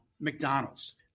McDonald's